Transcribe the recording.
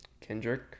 Kendrick